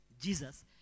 Jesus